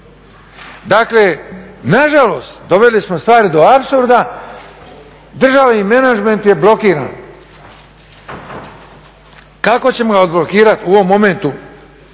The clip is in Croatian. Dakle nažalost doveli smo stvari do apsurda, država i menadžment je blokiran. Kako ćemo ga odblokirat u ovom momentu?